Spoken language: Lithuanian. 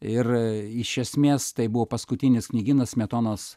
ir iš esmės tai buvo paskutinis knygynas smetonos